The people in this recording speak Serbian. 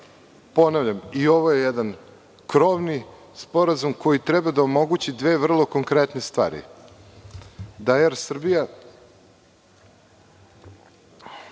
Ponavljam, i ovo je jedan krovni sporazum koji treba da omogući dve vrlo konkretne stvari, da „Er Srbija“